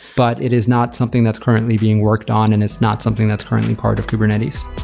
but it is not something that's currently being worked on and it's not something that's currently part of kubernetes.